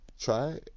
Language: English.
try